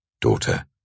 Daughter